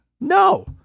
No